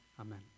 Amen